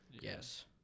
Yes